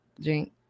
drink